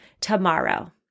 tomorrow